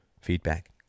feedback